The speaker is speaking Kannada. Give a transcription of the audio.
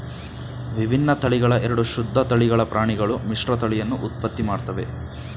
ವಿಭಿನ್ನ ತಳಿಗಳ ಎರಡು ಶುದ್ಧ ತಳಿಗಳ ಪ್ರಾಣಿಗಳು ಮಿಶ್ರತಳಿಯನ್ನು ಉತ್ಪತ್ತಿ ಮಾಡ್ತವೆ